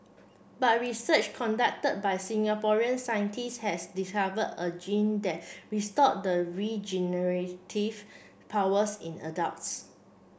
but research conducted by Singaporean scientist has discovered a gene that restores the regenerative powers in adults